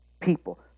people